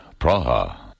Praha